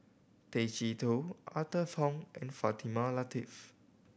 Tay Chee Toh Arthur Fong and Fatimah Lateef